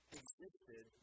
existed